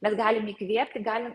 mes galim įkvėpti galim